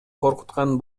коркуткан